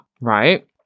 right